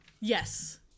Yes